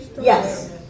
Yes